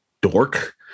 dork